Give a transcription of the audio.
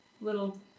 little